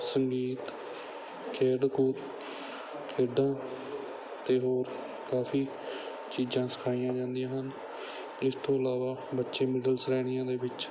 ਸੰਗੀਤ ਖੇਡ ਕੁੱਦ ਖੇਡਾਂ ਅਤੇ ਹੋਰ ਕਾਫੀ ਚੀਜ਼ਾਂ ਸਿਖਾਈਆਂ ਜਾਂਦੀਆਂ ਹਨ ਇਸ ਤੋਂ ਇਲਾਵਾ ਬੱਚੇ ਮਿਡਲ ਸ਼੍ਰੇਣੀਆਂ ਦੇ ਵਿੱਚ